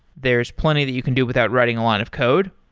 there's plenty that you can do without writing a lot of code,